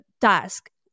tasks